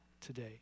today